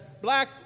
black